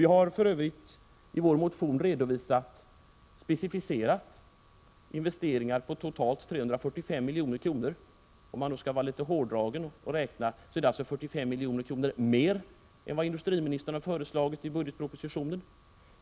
Vi har specificerat och redovisat investeringar för 345 milj.kr. Om man skall räkna hårddraget är det alltså 45 milj.kr. mer än vad industriministern har föreslagit i budgetpropositionen.